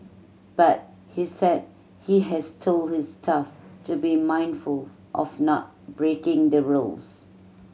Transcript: but he said he has told his staff to be mindful of not breaking the rules